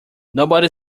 nobody